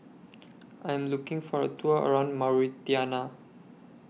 I Am looking For A Tour around Mauritania